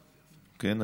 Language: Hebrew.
כן,